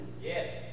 Yes